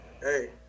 hey